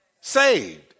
Saved